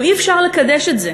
גם אי-אפשר לקדש את זה.